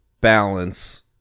balance